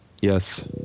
Yes